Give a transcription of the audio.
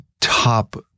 top